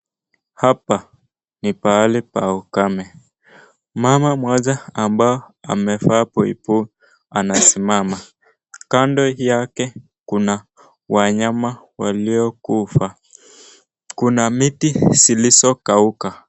Hapa ni pahali pa ukame. Mama mmoja ambao amevaa buibui anasimama. Kando yake kuna wanyama waliokufa. Kuna miti zilizokauka.